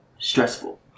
Stressful